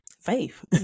faith